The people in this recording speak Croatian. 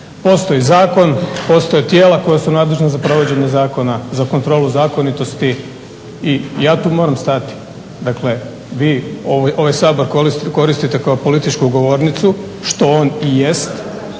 Postoji zakon, postoje tijela koja su nadležna za provođenje zakona, za kontrolu zakonitosti i ja tu moram stati. Dakle, vi ovaj Sabor koristite kao političku govornicu što on i jest,